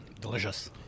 delicious